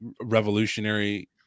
revolutionary